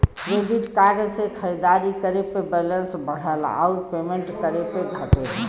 credit card से खरीदारी करे पे बैलेंस बढ़ला आउर पेमेंट करे पे घटला